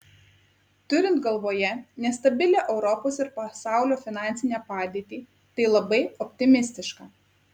turint galvoje nestabilią europos ir pasaulio finansinę padėtį tai labai optimistiška